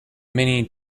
many